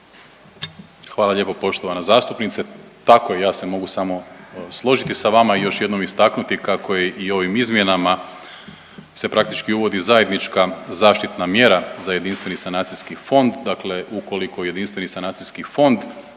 Hvala lijepo poštovana zastupnice. Tako je. I ja se mogu samo složiti sa vama i još jednom istaknuti kako je i ovim izmjenama se praktički uvodi zajednička zaštitna mjera za Jedinstveni sanacijski fond. Dakle, ukoliko Jedinstveni sanacijski fond